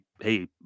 hey